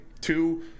two